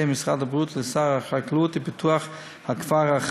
משרד הבריאות לשר החקלאות ופיתוח הכפר,